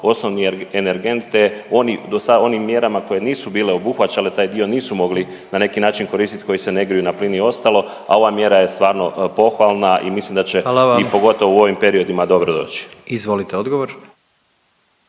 sa onim mjerama kojim nisu bile obuhvaćale, taj dio nisu mogli na neki način koristit koji se ne griju na plin i ostalo, a ova mjera je stvarno pohvalna i mislim da će … .../Upadica: Hvala vam./... i pogotovo u ovim periodima dobro doći. **Jandroković,